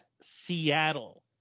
Seattle